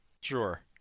Sure